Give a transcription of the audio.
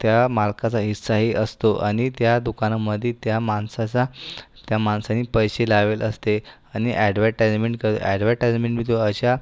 त्या मालकाचा हिस्साही असतो आणि त्या दुकानामध्ये त्या माणसाचा त्या माणसाने पैसे लावले असते आणि ऍडव्हरटाईजमेन्ट कर ऍडव्हरटाईजमेन्ट जो अशा